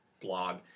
blog